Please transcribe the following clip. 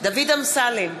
דוד אמסלם,